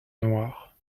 noirs